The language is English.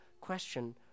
question